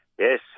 Yes